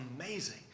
amazing